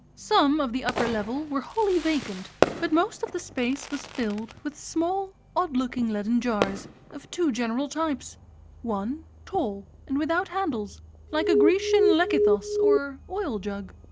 some of the upper levels were wholly vacant but most of the space was filled with small odd-looking leaden jars of two general types one tall and without handles like a grecian lekythos or oil-jug,